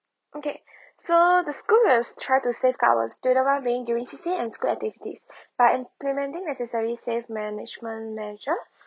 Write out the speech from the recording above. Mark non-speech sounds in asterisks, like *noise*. okay so the school will try to save government student [one] being during C_C_A and school activities *breath* but implementing necessary safe management measure